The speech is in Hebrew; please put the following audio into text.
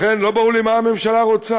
לכן, לא ברור לי מה הממשלה רוצה.